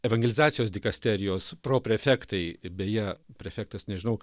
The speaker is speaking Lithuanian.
evangelizacijos dikasterijos proprefektai beje prefektas nežinau